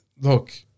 look